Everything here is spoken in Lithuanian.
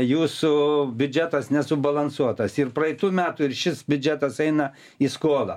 jūsų biudžetas nesubalansuotas ir praeitų metų ir šis biudžetas eina į skolą